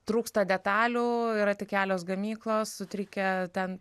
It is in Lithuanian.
trūksta detalių yra tik kelios gamyklos sutrikę ten